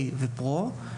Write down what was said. A ו-PRO,